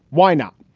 why not?